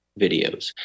videos